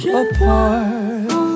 apart